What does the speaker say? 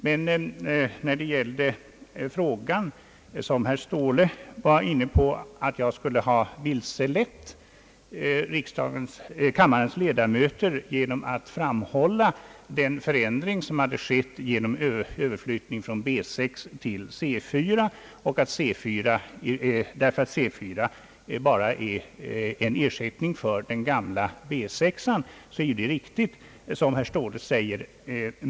Men när det gällde den fråga, som herr Ståhle var inne på, nämligen att jag skulle ha vilselett kammarens ledamöter genom att framhålla den förändring som skett genom överflyttning från B 6 till C 4, därför att C 4 bara är en ersättning för den gamla B 6, så är det riktigt som herr Ståhle säger.